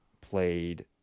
played